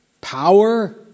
power